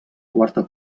quarta